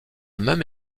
même